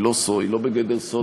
היא לא בגדר סוד מדינה.